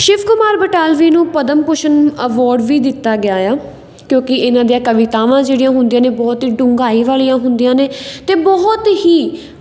ਸ਼ਿਵ ਕੁਮਾਰ ਬਟਾਲਵੀ ਨੂੰ ਪਦਮ ਭੂਸ਼ਣ ਅਵੋਰਡ ਵੀ ਦਿੱਤਾ ਗਿਆ ਹੈ ਕਿਉਂਕਿ ਇਹਨਾਂ ਦੀਆਂ ਕਵਿਤਾਵਾਂ ਜਿਹੜੀਆਂ ਹੁੰਦੀਆਂ ਨੇ ਬਹੁਤ ਹੀ ਡੂੰਘਾਈ ਵਾਲੀਆਂ ਹੁੰਦੀਆਂ ਨੇ ਅਤੇ ਬਹੁਤ ਹੀ